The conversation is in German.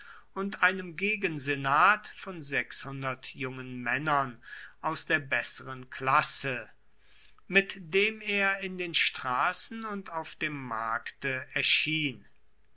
und einem gegensenat von jungen männern aus der besseren klasse mit dem er in den straßen und auf dem markte erschien